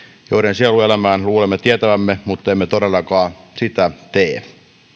joiden sielunelämän luulemme tietävämme mutta emme todellakaan sitä tee